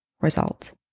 result